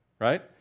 right